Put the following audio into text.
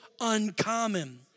uncommon